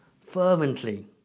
fervently